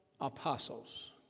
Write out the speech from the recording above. apostles